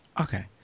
Okay